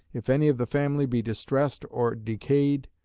if any of the family be distressed or decayed,